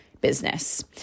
business